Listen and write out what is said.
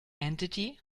entity